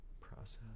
process